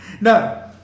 No